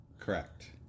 Correct